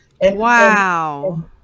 Wow